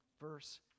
verse